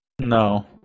No